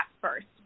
first